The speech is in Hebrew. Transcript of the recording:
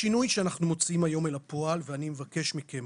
השינוי שאנחנו מוציאים היום אל הפועל ואני מבקש מכם